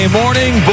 morning